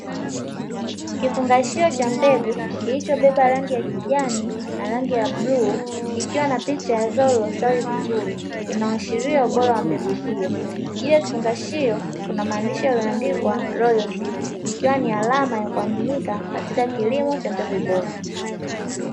Kifungashio cha mbegu kilichobeba rangi ya kijani na rangi ya bluu kikiwa na picha ya zao lililostawi vizuri, inaashiria ubora wa mbegu hiyo. Juu ya kifungashio kuna maandishi yaliyoandikwa "royalseed" ikiwa ni alama ya kuaminika katika kilimo cha mbegu bora.